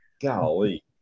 Golly